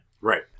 Right